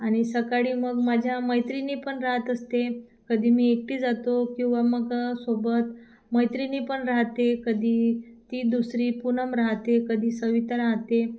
आणि सकाळी मग माझ्या मैत्रिणी पण राहत असते कधी मी एकटी जातो किंवा मग सोबत मैत्रिणी पण राहतात कधी ती दुसरी पुनम राहते कधी सविता राहते